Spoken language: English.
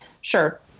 sure